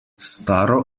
staro